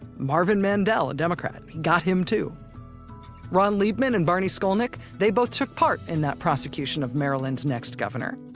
marvin mandel, a democrat. he got him, too ron liebman and barney skolnik, they both took part in that prosecution of maryland's next governor.